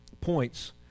points